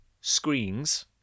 screens